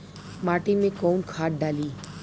माटी में कोउन खाद डाली?